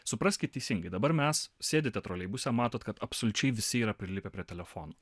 supraskit teisingai dabar mes sėdite troleibuse matot kad absoliučiai visi yra prilipę prie telefonų